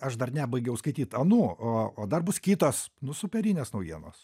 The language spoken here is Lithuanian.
aš dar nebaigiau skaityt anų o dar bus kitos nu superinės naujienos